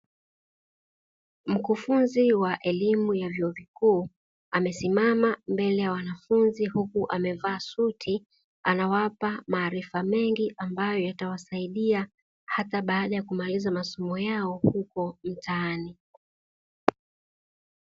Mkufunzi wa elimu ya vyuo vikuu amesimama mbele ya wanafunzi huku amevaa suti, anawapa maarifa mengi ambayo yatawasaidia hata baada ya kumaliza masomo yao huko mtaani.